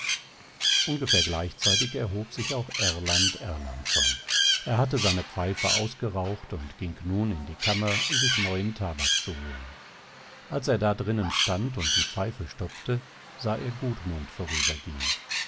ungefähr gleichzeitig erhob sich auch erland erlandsson er hatte seine pfeife ausgeraucht und ging nun in die kammer sich neuen tabak zu holen als er da drinnen stand und die pfeife stopfte sah er gudmund